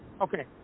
Okay